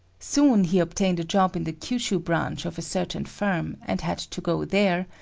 soon he obtained a job in the kyushu branch of a certain firm and had to go there,